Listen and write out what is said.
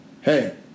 hey